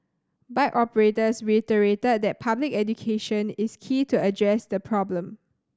bike operators reiterated that public education is key to address the problem